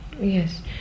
Yes